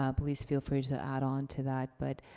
ah please feel free to add on to that. but,